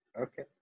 okay